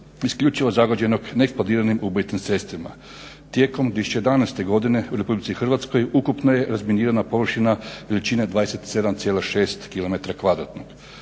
isključivo zagađenog neeksplodiranim ubojitim sredstvima. Tijekom 2011. godine u Republike Hrvatskoj ukupno je razminirana površina veličine 27,6km2.